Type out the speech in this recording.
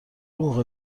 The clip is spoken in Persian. موقع